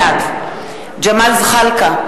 בעד ג'מאל זחאלקה,